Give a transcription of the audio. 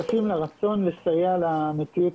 קורה בתוך הקהילה